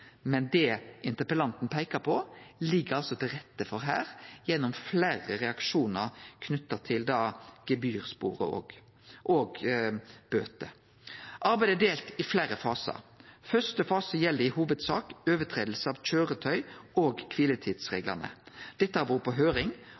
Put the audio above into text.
men det interpellanten peiker på, ligg det altså til rette for her gjennom fleire reaksjonar knytte til gebyrsporet og bøter. Arbeidet er delt i fleire fasar. Første fase gjeld i hovudsak brot på køyretøy- og